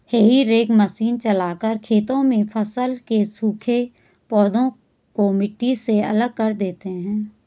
हेई rake machine चलाकर खेतों में फसल के सूखे पौधे को मिट्टी से अलग कर देते हैं